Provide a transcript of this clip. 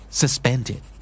suspended